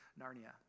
Narnia